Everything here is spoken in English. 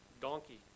donkey